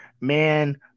man